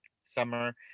summer